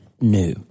new